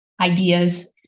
ideas